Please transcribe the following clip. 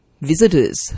visitors